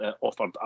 offered